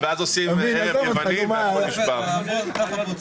למה אתה מבקש להחריג את הסכו"ם